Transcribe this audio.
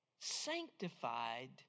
sanctified